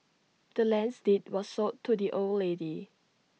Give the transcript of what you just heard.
the land's deed was sold to the old lady